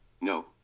No